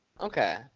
Okay